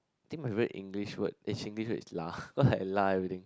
think my favourite English word eh Singlish word is lah cause I lah everything